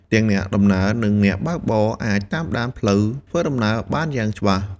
ទាំងអ្នកដំណើរនិងអ្នកបើកបរអាចតាមដានផ្លូវធ្វើដំណើរបានយ៉ាងច្បាស់។